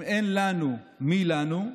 אם אין לנו, מי לנו?